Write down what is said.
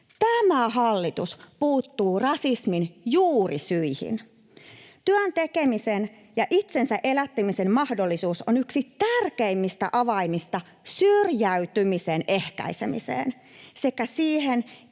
Tämä hallitus puuttuu rasismin juurisyihin. Työn tekemisen ja itsensä elättämisen mahdollisuus on yksi tärkeimmistä avaimista syrjäytymisen ehkäisemiseen sekä siihen,